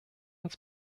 uns